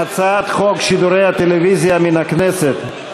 הצעת חוק שידורי טלוויזיה מהכנסת,